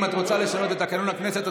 אם את רוצה לשנות את תקנון הכנסת את